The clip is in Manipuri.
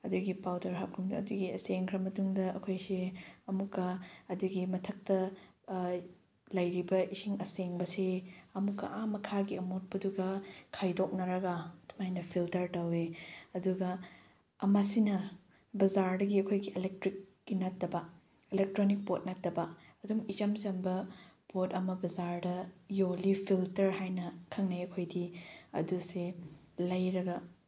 ꯑꯗꯨꯒꯤ ꯄꯥꯎꯗꯔ ꯑꯗꯨꯒꯤ ꯁꯦꯡꯈ꯭ꯔ ꯃꯇꯨꯡꯗ ꯑꯩꯈꯣꯏꯁꯦ ꯑꯃꯨꯛꯀ ꯑꯗꯨꯒꯤ ꯃꯊꯛꯇ ꯂꯩꯔꯤꯕ ꯏꯁꯤꯡ ꯑꯁꯦꯡꯕꯁꯤ ꯑꯃꯨꯛꯀ ꯑꯥ ꯃꯈꯥꯒꯤ ꯑꯃꯣꯠꯄꯗꯨꯒ ꯈꯥꯏꯗꯣꯛꯅꯔꯒ ꯑꯗꯨꯃꯥꯏꯅ ꯐꯤꯜꯇꯔ ꯇꯧꯋꯤ ꯑꯗꯨꯒ ꯑꯃꯁꯤꯅ ꯕꯖꯥꯔꯗꯒꯤ ꯑꯩꯈꯣꯏꯒꯤ ꯑꯦꯂꯦꯛꯇ꯭ꯔꯤꯛꯀꯤ ꯅꯠꯇꯕ ꯏꯂꯦꯛꯇ꯭ꯔꯣꯅꯤꯛ ꯄꯣꯠ ꯅꯠꯇꯕ ꯑꯗꯨꯝ ꯏꯆꯝ ꯆꯝꯕ ꯄꯣꯠ ꯑꯃ ꯕꯖꯥꯔꯗ ꯌꯣꯟꯂꯤ ꯐꯤꯜꯇꯔ ꯍꯥꯏꯅ ꯈꯪꯅꯩ ꯑꯩꯈꯣꯏꯗꯤ ꯑꯗꯨꯁꯦ ꯂꯩꯔꯒ